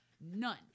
none